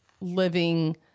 living